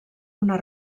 una